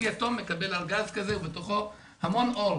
כל יתום מקבל ארגז כזה ובתוכו המון אור.